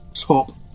top